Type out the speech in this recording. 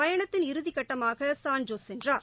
பயணத்தின் இறுதிகட்டமாக சான்ஜோஸ் சென்றார்